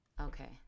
okay